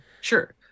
sure